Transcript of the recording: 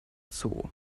zoo